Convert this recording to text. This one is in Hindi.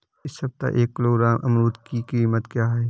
इस सप्ताह एक किलोग्राम अमरूद की कीमत क्या है?